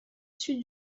sud